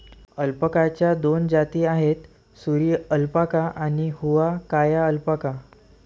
अल्पाकाच्या दोन जाती आहेत, सुरी अल्पाका आणि हुआकाया अल्पाका